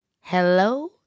Hello